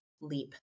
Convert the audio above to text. leap